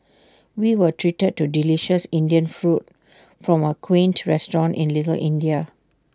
we were treated to delicious Indian food from A quaint restaurant in little India